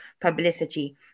publicity